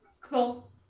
cool